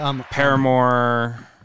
Paramore